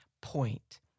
point